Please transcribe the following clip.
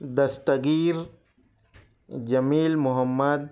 Dastgir Jamil Muhammad